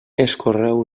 escorreu